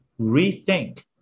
rethink